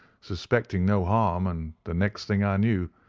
suspecting no harm, and the next thing i knew,